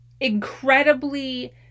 incredibly